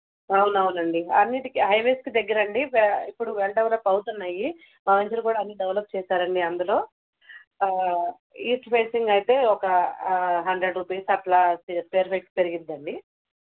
అవునవునండి అన్నిటికీ హైవేస్కి దగ్గరండి వా ఇప్పుడు వెల్ డెవలప్ అవుతున్నాయి ఇంచులు కుడా అన్నీ డెవలప్ చేసారండి అందులో ఈస్ట్ ఫేసింగ్ అయితే ఒక హండ్రెడ్ రుపీస్ అట్లా సర్వీస్ పెరిగిద్దండి